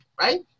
right